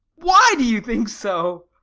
why do you think so?